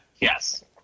Yes